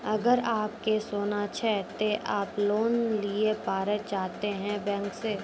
अगर आप के सोना छै ते आप लोन लिए पारे चाहते हैं बैंक से?